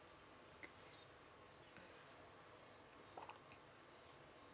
uh okay